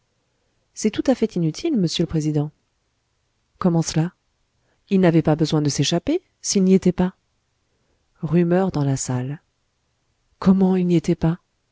c'est tout à fait inutile m'sieur le président comment cela il n'avait pas besoin de s'échapper s'il n'y était pas rumeurs dans la salle comment il n'y était pas